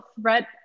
threat